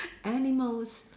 animals